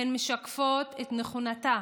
הן משקפות את נכונותן